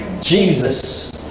Jesus